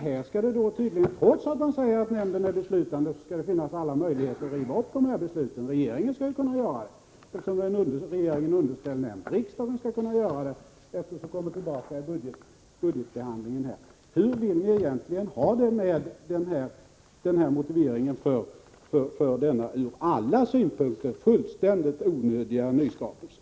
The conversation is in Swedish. Här skall det tydligen, trots att man säger att nämnden är beslutande, finnas alla möjligheter att riva upp besluten. Regeringen skall kunna göra det, eftersom nämnden är underställd regeringen, och riksdagen skall kunna göra det, eftersom frågan kommer tillbaka i budgetbehandlingen. Hur vill ni egentligen ha det med den här motiveringen för denna ur alla synpunkter fullständigt onödiga nyskapelse?